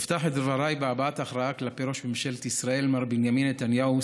אפתח את דבריי בהבעת הערכה כלפי ראש ממשלת ישראל מר בנימין נתניהו,